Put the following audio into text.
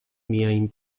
miajn